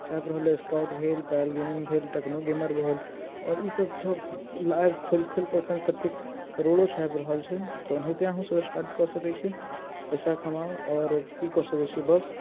छापि रहल अइ स्कॉट भेल पायल गेमिंग भेल टेक्नो गेमर भेल आओर ईसभ सभ लाइव खोलि खोलि कऽ अखन कतेक करोड़ो छापि रहल छै तऽ ओनाहिते अहूँसभ स्टार्ट कऽ सकैत छी पैसा कमाउ आओर की कऽ सकैत छियै बस